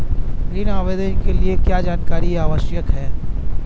ऋण आवेदन के लिए क्या जानकारी आवश्यक है?